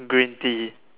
green Tea